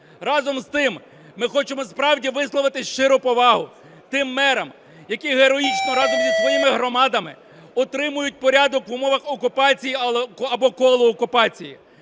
Разом з тим ми хочемо справді висловити щиру повагу тим мерам, які героїчно разом із своїми громадами утримують порядок в умовах окупації або коло окупації.